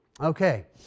Okay